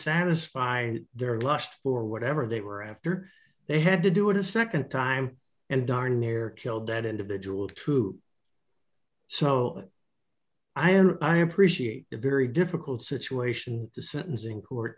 satisfy their lust for whatever they were after they had to do it a nd time and darn near killed that individual too so i and i appreciate it very difficult situation the sentencing court